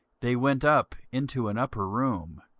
they went up into an upper room,